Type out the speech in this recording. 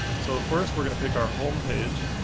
so first, we're going to pick our, home page.